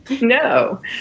No